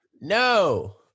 No